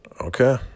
Okay